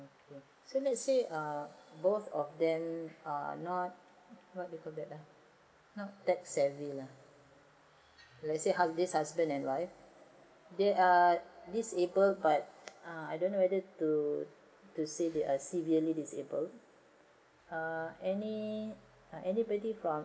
okay so let's say uh both of them are not what do you call that ah not that savvy lah let's say this husband and wife they are disabled but uh I don't know whether to to say they are severely disabled uh any uh anybody from